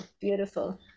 beautiful